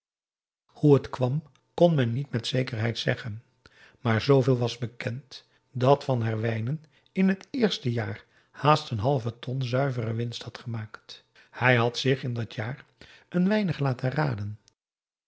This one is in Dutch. hoe het kwam kon men niet met zekerheid zeggen maar zooveel was bekend dat van herwijnen in het eerste jaar haast een halve ton zuivere winst had gemaakt hij had zich in dat jaar een weinig laten raden